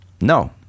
No